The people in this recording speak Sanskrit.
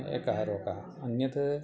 एकः रोगः अन्यत्